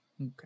okay